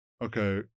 Okay